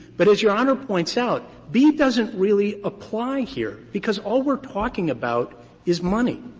but as your honor points out, b doesn't really apply here because all we're talking about is money.